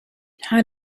how